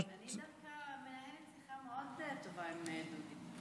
אני דווקא מנהלת שיחה מאוד טובה עם דודי,